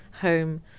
home